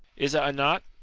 is a not?